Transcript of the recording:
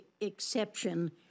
exception